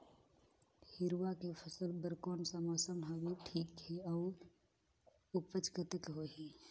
हिरवा के फसल बर कोन सा मौसम हवे ठीक हे अउर ऊपज कतेक होही?